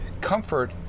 comfort